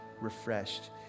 refreshed